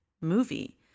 movie